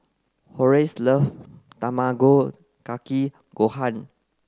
Horace love Tamago Kake Gohan